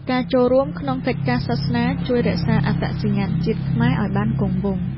ការចូលរួមក្នុងកិច្ចការសាសនា ជួយរក្សាអត្តសញ្ញាណជាតិឱ្យបានគង់វង្ស។